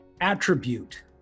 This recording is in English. attribute